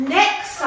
next